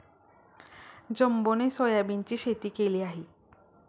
जंबोने सोयाबीनची शेती केली आहे